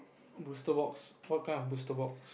booster box what kind of booster box